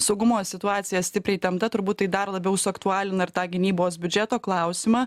saugumo situacija stipriai įtempta turbūt tai dar labiau suaktualina ir tą gynybos biudžeto klausimą